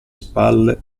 spalle